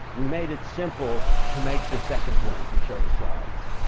we made it simple to make the second point, if you show the slides.